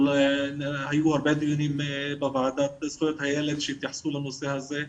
היו הרבה דיונים בוועדת זכויות הילד שהתייחסו לנושא הזה.